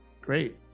great